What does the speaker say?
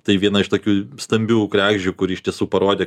tai viena iš tokių stambių kregždžių kuri iš tiesų parodė